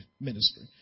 ministry